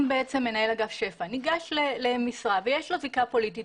אם מנהל אגף שפ"ע ניגש למשרה ויש לו זיקה פוליטית,